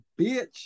bitch